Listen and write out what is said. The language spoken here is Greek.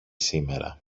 σήμερα